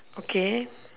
okay